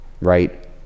right